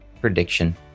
prediction